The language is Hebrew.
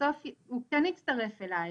בסופו של דבר הוא כן הצטרף אליי.